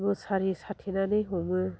मुसारि साथेनानै हमो